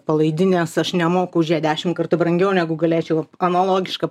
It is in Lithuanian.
palaidinės aš nemoku už ją dešimt kartų brangiau negu galėčiau analogiška